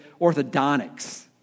orthodontics